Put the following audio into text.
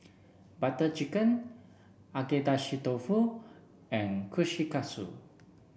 Butter Chicken Agedashi Dofu and Kushikatsu